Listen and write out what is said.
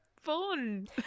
fun